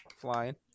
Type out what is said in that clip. flying